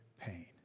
pain